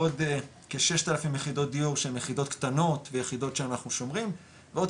עוד כ-6,000 יחידות דיור שהן יחידות קטנות ויחידות שאנחנו שומרים ועוד